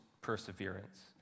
perseverance